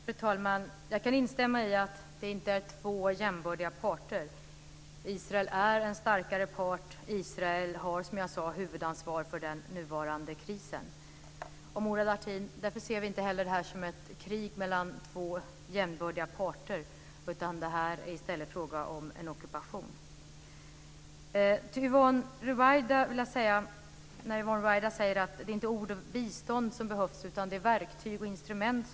Fru talman! Jag kan instämma i att det inte är två jämbördiga parter. Israel är en starkare part, och Israel har, som jag sade, huvudansvar för den nuvarande krisen. Murad Artin, därför ser vi inte heller detta som ett krig mellan två jämbördiga parter. Detta är i stället fråga om en ockupation. Yvonne Ruwaida säger att det inte är ord och bistånd som behövs utan verktyg och instrument.